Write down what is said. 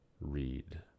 read